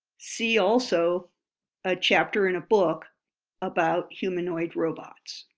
see also a chapter in a book about humanoid robots.